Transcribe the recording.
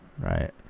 right